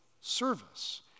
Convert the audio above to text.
service